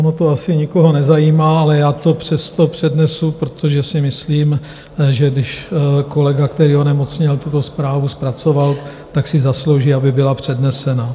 Ono to asi nikoho nezajímá, ale já to přesto přednesu, protože si myslím, že když kolega, který onemocněl, tuto zprávu zpracoval, tak si zaslouží, aby byla přednesena.